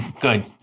Good